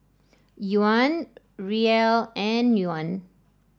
Yuan Riel and Yuan